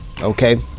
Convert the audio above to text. Okay